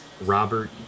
Robert